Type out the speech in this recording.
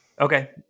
okay